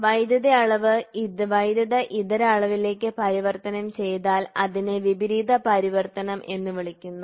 വൈദ്യുത അളവ് വൈദ്യുത ഇതര അളവിലേക്ക് പരിവർത്തനം ചെയ്താൽ അതിനെ വിപരീത പരിവർത്തനം എന്ന് വിളിക്കുന്നു